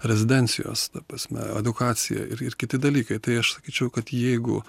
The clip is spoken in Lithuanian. rezidencijos ta prasme edukacija ir kiti dalykai tai aš sakyčiau kad jeigu